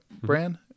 brand